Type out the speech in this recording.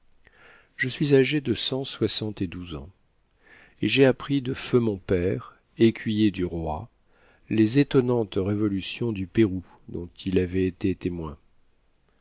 je suis âgé de cent soixante et douze ans et j'ai appris de feu mon père écuyer du roi les étonnantes révolutions du pérou dont il avait été témoin